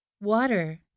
Water